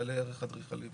בעלי ערך אדריכלי וכו'.